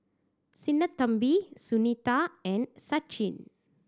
Sinnathamby Sunita and Sachin